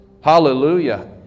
Hallelujah